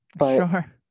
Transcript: Sure